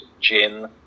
gin